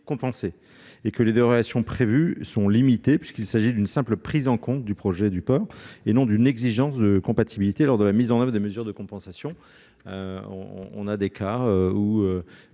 et que les dérogations prévues sont limitées, puisqu'il s'agit d'une simple prise en compte du projet du port, et non d'une exigence de compatibilité lors de la mise en oeuvre des mesures de compensation. Dans certains